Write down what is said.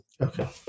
okay